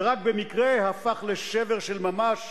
ורק במקרה הפך לשבר של ממש